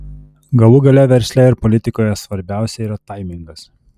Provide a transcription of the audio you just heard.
galų gale versle ir politikoje svarbiausia yra taimingas